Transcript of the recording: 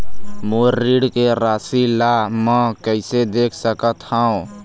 मोर ऋण के राशि ला म कैसे देख सकत हव?